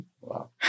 wow